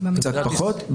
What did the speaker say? קצת פחות,